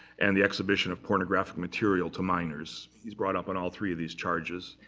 and the exhibition of pornographic material to minors. he's brought up on all three of these charges.